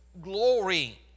glory